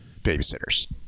babysitters